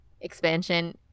expansion